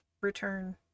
return